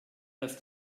das